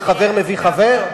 זה חבר מביא חבר?